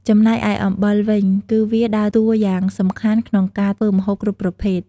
ចំណែកឯអំបិលវិញ គឺវាដើរតួយ៉ាងសំខាន់ក្នុងការធ្វើម្ហូបគ្រប់ប្រភេទ។